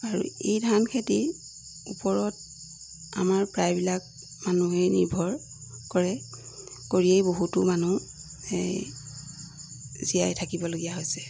আৰু এই ধানখেতি ওপৰত আমাৰ প্ৰায়বিলাক মানুহেই নিৰ্ভৰ কৰে কৰিয়েই বহুতো মানুহেই জীয়াই থাকিবলগীয়া হৈছে